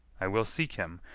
i will seek him,